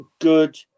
good